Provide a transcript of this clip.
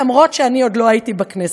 אפילו שאני עוד לא הייתי בכנסת.